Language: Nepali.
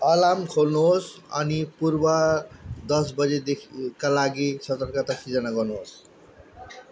अलार्म खोल्नुहोस् अनि पूर्व दस बजेदेखिका लागि सतर्कता सिर्जना गर्नुहोस्